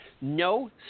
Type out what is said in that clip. No